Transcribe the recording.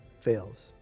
fails